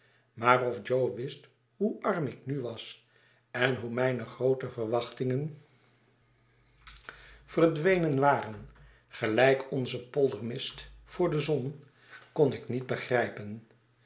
maar of jo wist hoe arm ik nu was en hoe mijne groote verwachtingen waren gelijk onze poldermist voor de zon kon ik niet begrijpen